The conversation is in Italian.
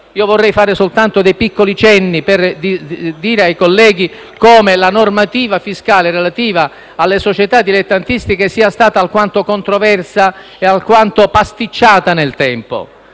vorrei fare soltanto dei piccoli cenni per dire ai colleghi come la normativa fiscale relativa alle società dilettantistiche sia stata alquanto controversa ed alquanto pasticciata nel tempo.